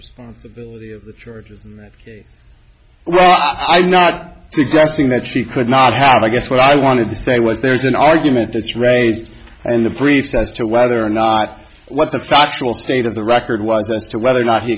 responsibility of the charges in that case well i'm not suggesting that she could not have i guess what i wanted to say was there's an argument that's raised in the briefs as to whether or not what the factual state of the record was this to whether or not he